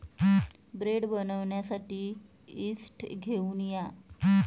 bread बनवण्यासाठी yeast घेऊन या